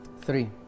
Three